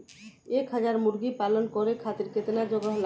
एक हज़ार मुर्गी पालन करे खातिर केतना जगह लागी?